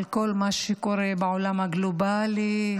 על כל מה שקורה בעולם הגלובלי,